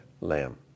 lamb